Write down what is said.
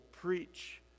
preach